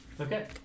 Okay